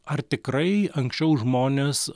ar tikrai anksčiau žmonės